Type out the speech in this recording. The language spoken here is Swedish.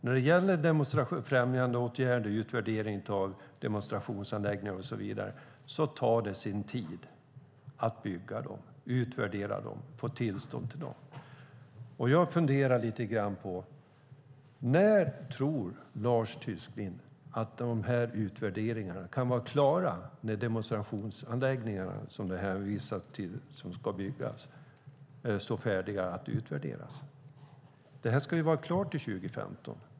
När det gäller främjandeåtgärder, utvärdering av demonstrationsanläggningar och så vidare tar det sin tid. Det tar tid att bygga dem, utvärdera dem och få tillstånd till dem. Jag funderar lite grann. När tror Lars Tysklind att de här utvärderingarna kan vara klara? När kan demonstrationsanläggningarna, som du hänvisar till och som ska byggas, stå färdiga att utvärderas? Det här ska ju vara klart till 2015.